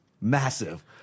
massive